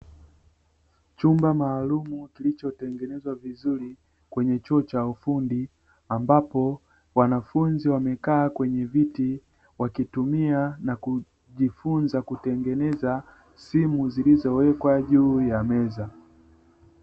Chumba maalumu kilichotengenezwa vizuri kwenye chuo cha ufundi ambapo wanafunzi wamekaa kwenye viti wakitumia na kujifunza kutengeneza simu zilizowekwa juu ya meza.